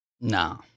No